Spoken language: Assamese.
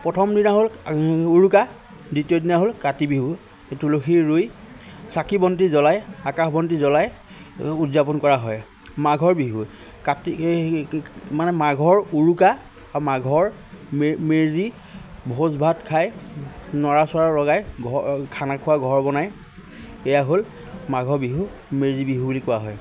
প্ৰথম দিনা হ'ল উৰুকা দ্বিতীয় দিনা হ'ল কাতি বিহু এই তুলসী ৰুই চাকি বন্তি জ্বলাই আকাশবন্তি জ্বলাই উদযাপন কৰা হয় মাঘৰ বিহু কাতি মানে মাঘৰ উৰুকা মাঘৰ মে মেজি ভোজ ভাত খায় নৰা চৰা লগায় ঘ খানা খোৱা ঘৰ বনায় এয়া হ'ল মাঘৰ বিহু মেজি বিহু বুলি কোৱা হয়